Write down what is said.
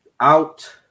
out